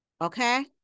okay